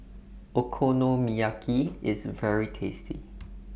Okonomiyaki IS very tasty